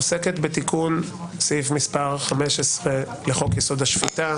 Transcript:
היא עוסקת בתיקון סעיף מס' 15 לחוק-יסוד: השפיטה,